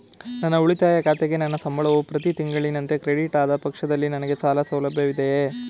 ನನ್ನ ಉಳಿತಾಯ ಖಾತೆಗೆ ನನ್ನ ಸಂಬಳವು ಪ್ರತಿ ತಿಂಗಳಿನಂತೆ ಕ್ರೆಡಿಟ್ ಆದ ಪಕ್ಷದಲ್ಲಿ ನನಗೆ ಸಾಲ ಸೌಲಭ್ಯವಿದೆಯೇ?